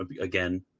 Again